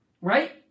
Right